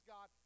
God